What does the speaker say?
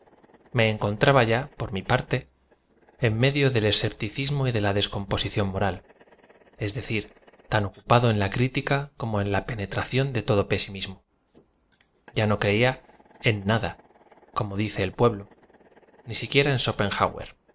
me encontraba ya por m i parte en medio del escepticismo y de la descomposición moral es decir tan ocupado en la critica como en la penetración de todo pesimismo y a no creía en nada como dice el pueblo ni siquiera en